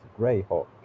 Greyhawk